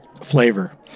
flavor